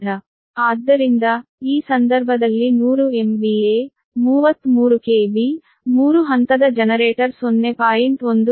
ಆದ್ದರಿಂದ ಈ ಸಂದರ್ಭದಲ್ಲಿ 100 MVA 33 KV ಮೂರು ಹಂತದ ಜನರೇಟರ್ 0